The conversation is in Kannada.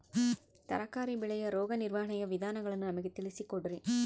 ತರಕಾರಿ ಬೆಳೆಯ ರೋಗ ನಿರ್ವಹಣೆಯ ವಿಧಾನಗಳನ್ನು ನಮಗೆ ತಿಳಿಸಿ ಕೊಡ್ರಿ?